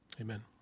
Amen